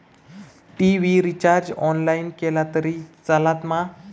TV recharge online केला तरी चलात मा?